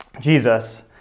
Jesus